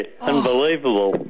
unbelievable